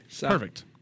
Perfect